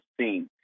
seen